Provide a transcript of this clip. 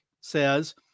says